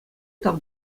тав